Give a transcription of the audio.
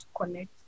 connect